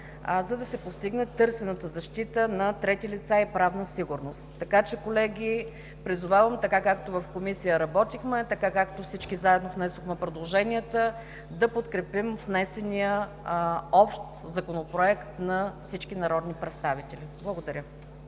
за да се постигне търсената защита на трети лица и правна сигурност. Колеги, призовавам така, както в Комисия работихме и така, както всички заедно внесохме предложенията, да подкрепим внесения Общ законопроект на всички народни представители. Благодаря.